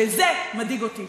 וזה מדאיג אותי.